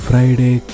Friday